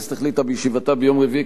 הכנסת החליטה בישיבתה ביום רביעי,